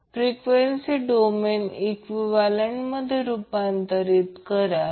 म्हणून आपण Imax √ 2 2 R मध्ये टाकत आहोत